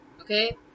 Okay